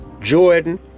Jordan